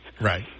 Right